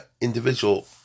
individual